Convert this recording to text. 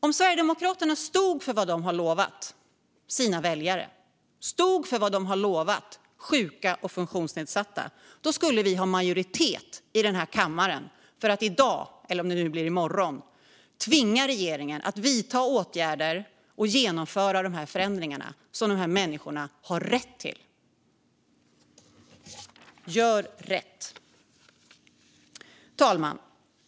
Om Sverigedemokraterna står för vad de har lovat sina väljare, och lovat sjuka och funktionsnedsatta, skulle vi ha majoritet i kammaren för att i dag, eller i morgon, tvinga regeringen att vidta åtgärder och genomföra förändringarna som dessa människor har rätt till. Gör rätt! Herr talman!